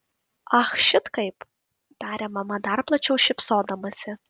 ach šit kaip tarė mama dar plačiau šypsodamasi